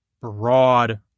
broad